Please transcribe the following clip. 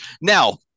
Now